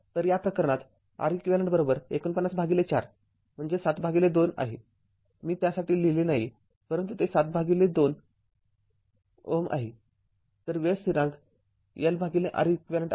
तर या प्रकरणात Req ४९ भागिले ४ म्हणजे ७ भागिले २Ω आहे मी त्यासाठी लिहिले नाही परंतु ते ७ भागिले २Ω आहे तर वेळ स्थिरांक LReq आहे